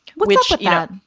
which. yeah,